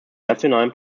nationalen